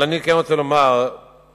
אבל אני כן רוצה לומר שהמשרד,